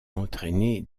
entraîner